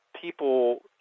people